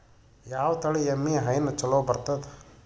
ಯಾವ ತಳಿ ಎಮ್ಮಿ ಹೈನ ಚಲೋ ಬರ್ತದ?